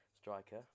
striker